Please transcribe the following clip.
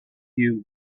you